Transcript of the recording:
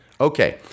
Okay